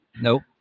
Nope